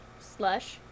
slush